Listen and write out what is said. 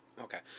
Okay